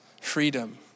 freedom